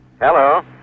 Hello